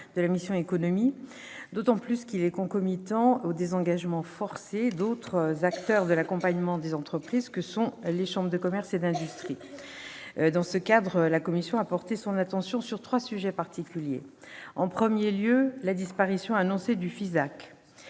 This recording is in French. de la mission « Économie », d'autant qu'il est concomitant du désengagement forcé d'autres acteurs de l'accompagnement des entreprises, les chambres de commerce et d'industrie. Dans ce cadre, elle a porté son attention sur trois sujets particuliers. Le premier est la disparition annoncée du FISAC.